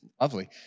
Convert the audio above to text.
lovely